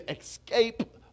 escape